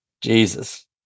jesus